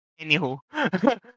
Anywho